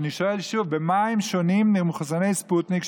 ואני שואל שוב: במה הם שונים ממחוסני ספוטניק,